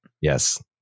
Yes